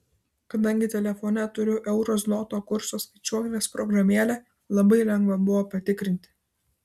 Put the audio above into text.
kadangi telefone turiu euro zloto kurso skaičiuoklės programėlę labai lengva buvo patikrinti